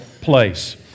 place